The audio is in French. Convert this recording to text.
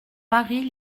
paris